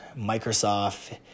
Microsoft